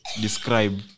describe